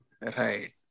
Right